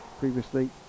previously